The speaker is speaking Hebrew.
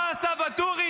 מה עשה ואטורי?